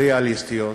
ריאליסטיות,